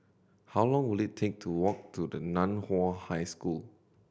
how long will it take to walk to the Nan Hua High School